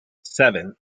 seven